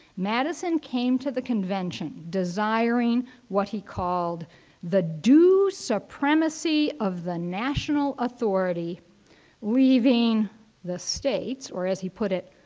madison came to the convention desiring what he called the due supremacy of the national authority leaving the states, or as he put it,